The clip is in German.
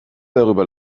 darüber